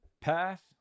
path